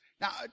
Now